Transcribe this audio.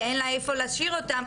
כי אין לה איפה להשאיר אותם,